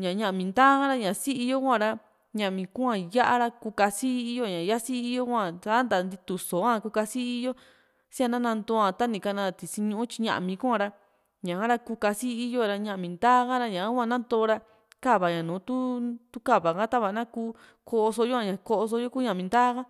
ña ñámi ntaa ka´ra ña sii yo kua´ra ñámi kua´n ya´a ha´ra kuu kaasi i´iyo a ña yasi i´i yo hua san´ta ntitu soó´a kuu kasi i´i yo siana nanto´a tani ka´na tisi ñuu tyii ñámi kua´ra ñaka ra kuu kasi i´i yo a´ra ñámi ndaa hua nantoora ka´va ña nùù tu ka´va ha tava na kuu ko´o yo´a ña ko´oso kuu ñámi ntaa ka